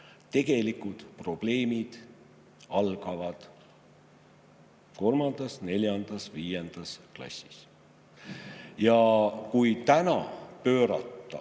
Tegelikud probleemid algavad kolmandas, neljandas, viiendas klassis. Ja kui täna suunata